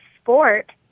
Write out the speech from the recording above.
sport